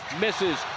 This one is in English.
misses